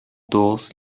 doors